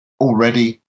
already